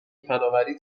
فنآوری